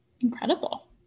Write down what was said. incredible